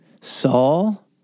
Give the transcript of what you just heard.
Saul